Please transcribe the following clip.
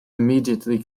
immediately